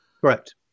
Correct